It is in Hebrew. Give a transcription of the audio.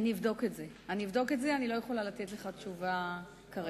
אני אבדוק את זה, אני לא יכולה לתת לך תשובה כרגע.